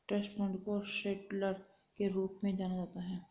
trust fund को settlor के रूप में जाना जाता है